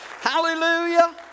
Hallelujah